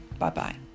Bye-bye